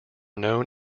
known